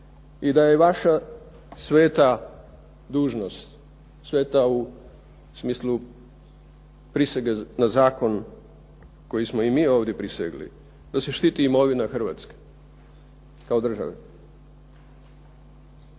i da je vaša sveta dužnost, sveta u smislu prisege na zakon koji smo i mi ovdje prisegli, da se štiti imovina Hrvatske, kao države.